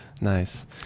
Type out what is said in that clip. nice